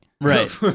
Right